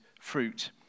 fruit